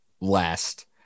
last